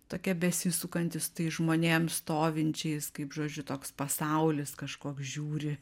tokia besisukanti su tais žmonėm stovinčiais kaip žodžiu toks pasaulis kažkoks žiūri